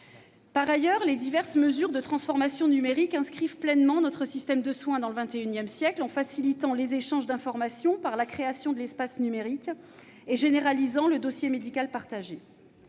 Par ailleurs, les diverses mesures de transformation numérique inscrivent pleinement notre système de soins dans le XXI siècle, en facilitant les échanges d'informations par la création de l'espace numérique et en généralisant le dossier médical partagé.